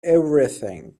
everything